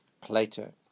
Plato